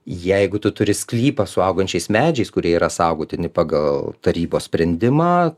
jeigu tu turi sklypą su augančiais medžiais kurie yra saugotini pagal tarybos sprendimą